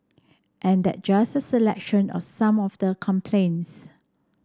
and that's just a selection of some of the complaints